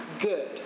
good